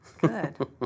Good